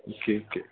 okay okay